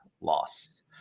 loss